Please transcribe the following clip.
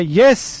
yes